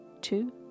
two